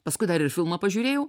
paskui dar ir filmą pažiūrėjau